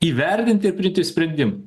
įvertinti ir priimti sprendim